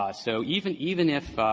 ah so even even if